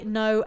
no